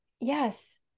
yes